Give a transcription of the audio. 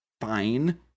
fine